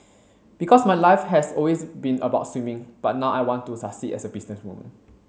because my life has always been about swimming but now I want to succeed as a businesswoman